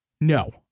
No